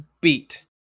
beat